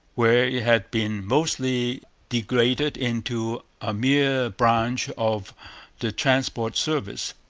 where it had been mostly degraded into a mere branch of the transport service.